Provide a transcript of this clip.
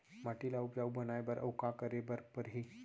माटी ल उपजाऊ बनाए बर अऊ का करे बर परही?